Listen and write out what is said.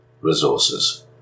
resources